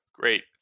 Great